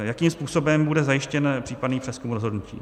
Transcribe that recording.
Jakým způsobem bude zajištěn případný přezkum rozhodnutí?